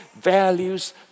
values